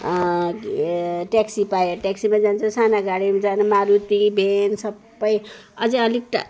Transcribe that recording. taxi पाए ट्याक्सीमै जान्छौँ साना गाडीमा जान मारुती भ्यान सबै अझै अलिक